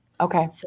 Okay